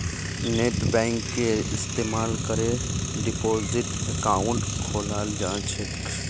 नेटबैंकिंगेर इस्तमाल करे डिपाजिट अकाउंट खोलाल जा छेक